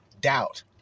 doubt